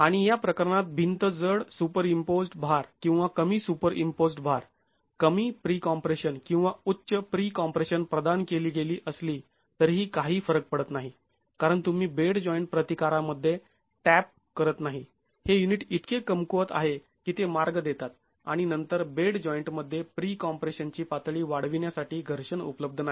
आणि या प्रकरणात भिंत जड सुपरईम्पोज्ड् भार किंवा कमी सुपरईम्पोज्ड् भार कमी प्रीकॉम्प्रेशन किंवा उच्च प्रीकॉम्प्रेशन प्रदान केली गेली असली तरीही काही फरक पडत नाही कारण तुम्ही बेड जॉईंट प्रतिकारामध्ये टॅप करत नाही हे युनिट इतके कमकुवत आहे की ते मार्ग देतात आणि नंतर बेड जॉईंट मध्ये प्रीकॉम्प्रेशन ची पातळी वाढविण्यासाठी घर्षण उपलब्ध नाही